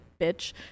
bitch